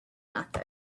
method